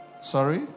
Sorry